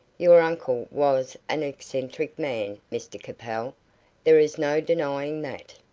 your uncle was an eccentric man, mr capel there is no denying that.